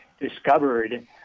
discovered